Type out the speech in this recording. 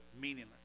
meaningless